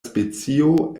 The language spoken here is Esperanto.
specio